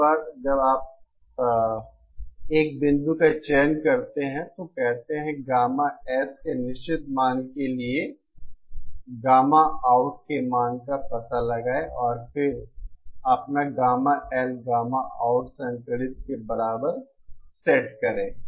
एक बार जब आप एक बिंदु का चयन करते हैं तो कहते हैं कि गामा S के एक निश्चित मान के लिए गामा आउट के मान का पता लगाएं और फिर अपना गामा L गामा आउट संकलित के बराबर सेट करें